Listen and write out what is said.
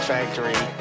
Factory